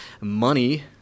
money